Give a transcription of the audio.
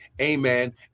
amen